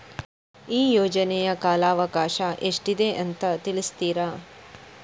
ಈ ಯೋಜನೆಯ ಕಾಲವಕಾಶ ಎಷ್ಟಿದೆ ಅಂತ ತಿಳಿಸ್ತೀರಾ?